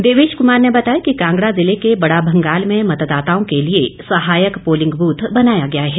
देवेश कुमार ने बताया कि कांगड़ा जिले के बड़ा भंगाल में मतदाताओं के लिये सहायक पोलिंग ब्रथ बनाया गया है